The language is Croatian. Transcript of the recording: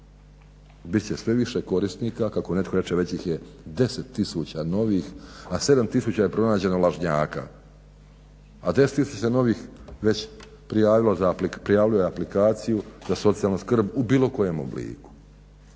Bit će sve više korisnika, kako netko reče već ih je 10 000 novih, a 7000 je pronađeno lažnjaka, a 10 000 novih već prijavilo je aplikaciju za socijalnu skrb u bilo kojem obliku.